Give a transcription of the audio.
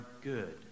good